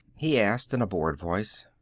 he asked in a bored voice.